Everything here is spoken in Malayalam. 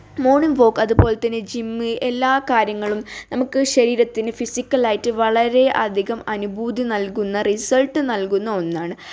മോർണിംഗ് വോക്ക് അതുപോലെത്തന്നെ ജിമ്മ് എല്ലാ കാര്യങ്ങളും നമുക്ക് ശരീരത്തിന് ഫിസിക്കലായിട്ട് വളരെ അധികം അനുഭൂതി നൽകുന്ന റിസൾട്ട് നൽകുന്ന ഒന്നാണ്